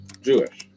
Jewish